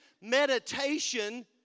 Meditation